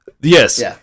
Yes